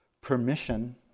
permission